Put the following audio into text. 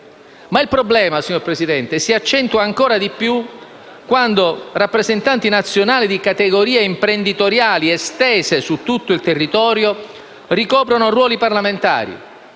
Ma il problema, signor Presidente, si accentua ancora di più quando rappresentanti nazionali di categorie imprenditoriali estese su tutto il territorio ricoprono ruoli parlamentari.